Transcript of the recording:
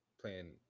playing